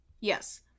Yes